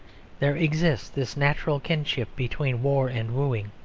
there exists this natural kinship between war and wooing,